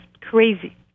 crazy